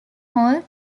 hall